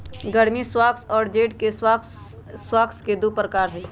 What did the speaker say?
गर्मी स्क्वाश और जेड के स्क्वाश स्क्वाश के दु प्रकार हई